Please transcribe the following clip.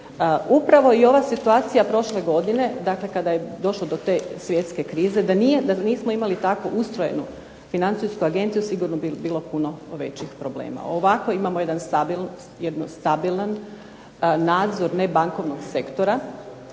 Upravo i ova situacija prošle godine, dakle kada je došlo do te svjetske krize, da nismo imali tako ustrojenu financijsku agenciju sigurno bi bilo puno većih problema. Ovako imamo jedan stabilan nadzor nebankovnog sektora,